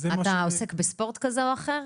אתה עוסק בספורט כזה או אחר?